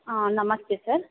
ಹಾಂ ನಮಸ್ತೆ ಸರ್